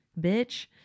bitch